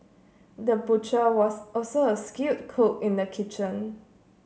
the butcher was also a skilled cook in the kitchen